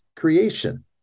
creation